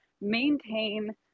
maintain